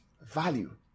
value